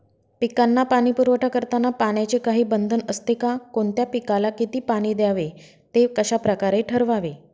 पिकांना पाणी पुरवठा करताना पाण्याचे काही बंधन असते का? कोणत्या पिकाला किती पाणी द्यावे ते कशाप्रकारे ठरवावे?